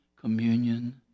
communion